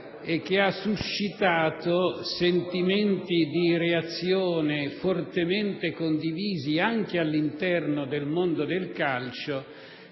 e che ha suscitato sentimenti di reazione fortemente condivisi anche all'interno del mondo del calcio,